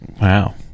Wow